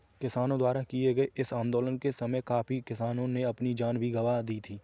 किसानों द्वारा किए गए इस आंदोलन के समय काफी किसानों ने अपनी जान भी गंवा दी थी